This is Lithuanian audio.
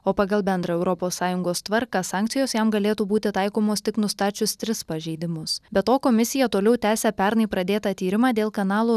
o pagal bendrą europos sąjungos tvarką sankcijos jam galėtų būti taikomos tik nustačius tris pažeidimus be to komisija toliau tęsia pernai pradėtą tyrimą dėl kanalo